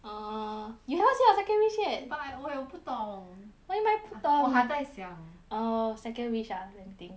err you haven't say your second wish yet but I 我也不懂 what you mean 不懂我还在想 err second wish ah let me think